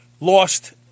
lost